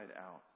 out